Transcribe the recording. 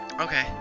okay